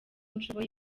nshoboye